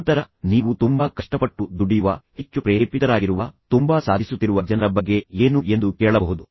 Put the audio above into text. ನಂತರ ನೀವು ತುಂಬಾ ಕಷ್ಟಪಟ್ಟು ದುಡಿಯುವ ಹೆಚ್ಚು ಪ್ರೇರೇಪಿತರಾಗಿರುವ ತುಂಬಾ ಸಾಧಿಸುತ್ತಿರುವ ಜನರ ಬಗ್ಗೆ ಏನು ಎಂದು ಕೇಳಬಹುದು